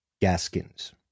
Gaskins